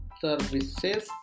services